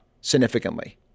significantly